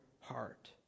heart